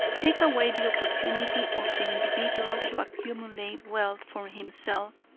take away the opportunity of the individual to accumulate wealth for himself,